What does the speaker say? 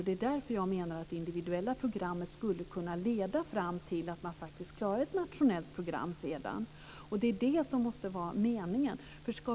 Det är därför som jag menar att det individuella programmet skulle kunna leda fram till att de faktiskt klarar ett nationellt program sedan. Detta måste vara meningen.